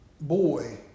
boy